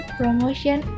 promotion